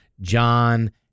John